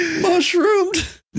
Mushroomed